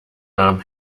nahm